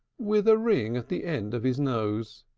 with a ring at the end of his nose.